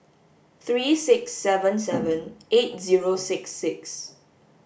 three six seven seven eight zero six six